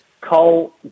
Cole